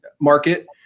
market